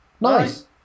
Nice